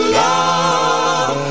love